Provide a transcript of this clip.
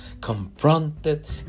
confronted